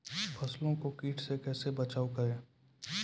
फसलों को कीट से कैसे बचाव करें?